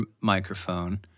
microphone